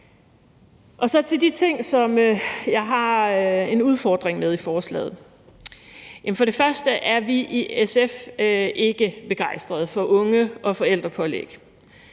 Så til de ting, som jeg har en udfordring med i forslaget. Først og fremmest er vi i SF ikke begejstrede for et unge- og forældrepålæg.